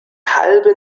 halbe